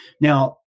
Now